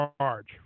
charge